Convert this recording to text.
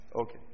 Okay